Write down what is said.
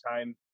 time